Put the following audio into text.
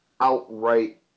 outright